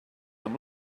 amb